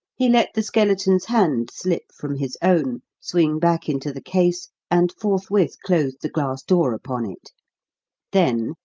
he let the skeleton's hand slip from his own, swing back into the case, and forthwith closed the glass door upon it then,